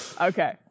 Okay